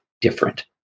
different